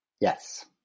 Yes